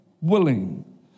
willing